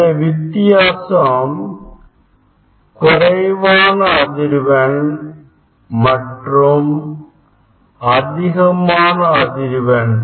இந்த வித்தியாசம் குறைவான அதிர்வெண் மற்றும் அதிகமான அதிர்வெண்